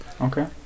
Okay